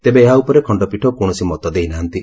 ତେବେ ଏହା ଉପରେ ଖଶ୍ତପୀଠ କୌଣସି ମତ ଦେଇ ନାହାନ୍ତି